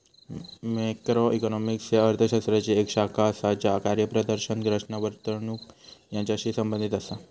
macroeconomics ह्या अर्थ शास्त्राची येक शाखा असा ज्या कार्यप्रदर्शन, रचना, वर्तणूक यांचाशी संबंधित असा